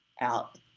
out